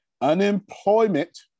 Unemployment